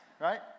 Right